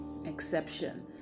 exception